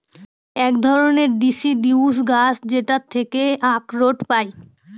এক ধরনের ডিসিডিউস গাছ যেটার থেকে আখরোট পায়